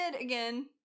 again